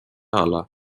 ala